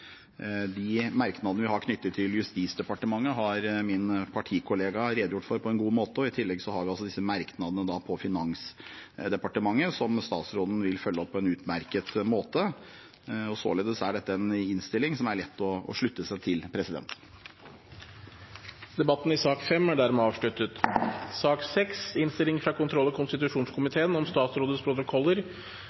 De merknadene vi har, knyttet til Justisdepartementet, har min partikollega redegjort for på en god måte, og i tillegg har komiteen disse merknadene til Finansdepartementet, som statsråden vil følge opp på en utmerket måte. Således er dette en innstilling som det er lett å slutte seg til. Flere har ikke bedt om ordet til sak nr. 5. Etter ønske fra kontroll- og konstitusjonskomiteen